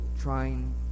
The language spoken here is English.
trying